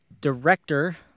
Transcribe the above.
director